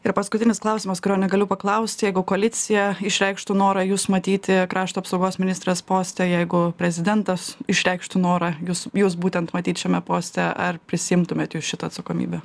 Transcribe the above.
ir paskutinis klausimas kurio negaliu paklaust jeigu koalicija išreikštų norą jus matyti krašto apsaugos ministrės poste jeigu prezidentas išreikštų norą jus jus būtent matyt šiame poste ar prisiimtumėt jūs šitą atsakomybę